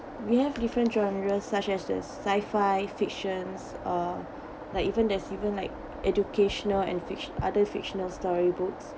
we have different genres such as the sci fi fictions uh like even there's even like educational and fic~ other fictional storybooks